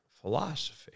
philosophy